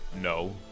no